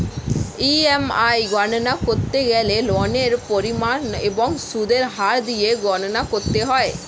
EMI গণনা করতে গেলে ঋণের পরিমাণ এবং সুদের হার দিয়ে গণনা করতে হয়